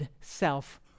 self